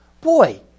Boy